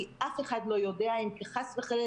כי אף אחד לא יודע אם חס וחלילה